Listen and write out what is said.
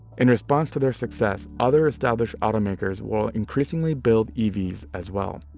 in response to their success, other established automakers will increasingly build evs as well,